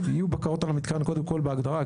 יהיו בקרות על המתקן קודם כל בהגדרה,